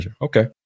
okay